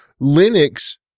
Linux